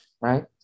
right